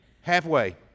Halfway